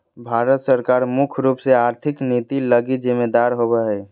भारत सरकार मुख्य रूप से आर्थिक नीति लगी जिम्मेदर होबो हइ